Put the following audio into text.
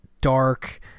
dark